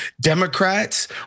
Democrats